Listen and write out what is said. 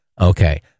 Okay